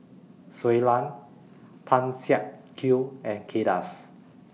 Shui Lan Tan Siak Kew and Kay Das